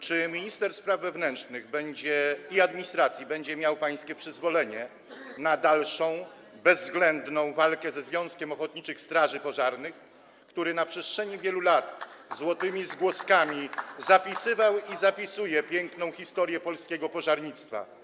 Czy minister spraw wewnętrznych i administracji będzie miał pańskie przyzwolenie na dalszą bezwzględną walkę ze Związkiem Ochotniczych Straży Pożarnych RP, który na przestrzeni wielu lat złotymi zgłoskami pisał i dalej pisze piękną historię polskiego pożarnictwa.